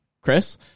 Chris